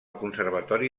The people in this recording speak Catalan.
conservatori